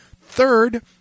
Third